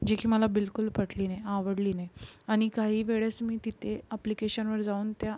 जी की मला बिलकूल पटली नाही आवडली नाही आणि काही वेळेस मी तिथे अप्लिकेशनवर जाऊन त्या